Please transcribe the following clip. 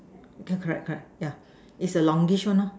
yeah correct correct yeah is a longish one lor